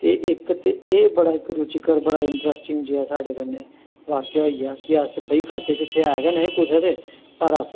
ते इक ते एह् बड़ा इक रूचिकर बड़ा इंटरस्टिंग जेहा साढ़े कन्नै वाक्या होइया कि अस बेही खाते च उत्थें ऐ गै नेहें कुसै दे पर अस